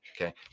Okay